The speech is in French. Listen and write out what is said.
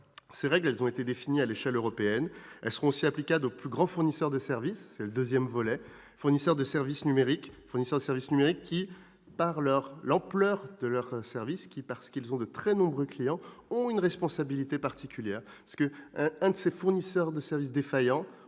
Ces règles ont été définies à l'échelle européenne. Elles seront également applicables aux plus grands fournisseurs de services. C'est le deuxième volet de ce texte. Les fournisseurs de services numériques, du fait de l'ampleur de leurs services, parce qu'ils comptent de très nombreux clients, ont une responsabilité particulière. Si l'un de ces fournisseurs de services est défaillant